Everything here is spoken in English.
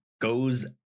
goes